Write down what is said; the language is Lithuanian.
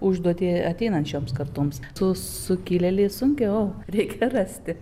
užduotį ateinančioms kartoms su sukilėliais sunkiau reikia rasti